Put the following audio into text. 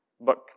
book